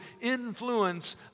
influence